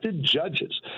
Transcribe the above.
judges